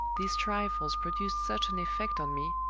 these trifles produced such an effect on me,